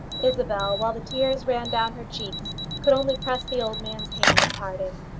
isabel, while the tears ran down her cheeks, could only press the old man's hand at parting.